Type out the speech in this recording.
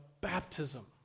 baptism